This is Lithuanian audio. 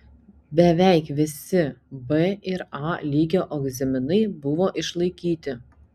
beveik visi b ir a lygio egzaminai buvo išlaikyti